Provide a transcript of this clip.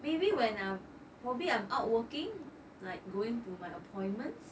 maybe when I probably I'm out working like going to my appointments